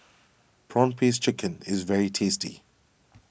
Prawn Paste Chicken is very tasty